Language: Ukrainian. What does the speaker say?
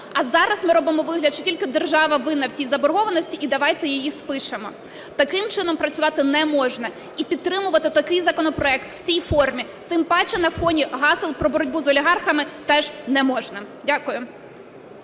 А зараз ми робимо вигляд, що тільки держава винна в цій заборгованості і давайте її спишемо. Таким чином працювати не можна. І підтримувати такий законопроект в цій формі, тим паче на фоні гасел про боротьбу з олігархами, теж не можна. Дякую.